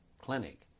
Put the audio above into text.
clinic